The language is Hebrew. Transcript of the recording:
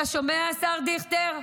אתה שומע, השר דיכטר,